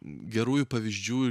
gerųjų pavyzdžių